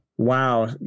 Wow